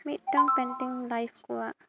ᱢᱤᱫᱴᱟᱝ painting life ᱠᱚᱣᱟᱜ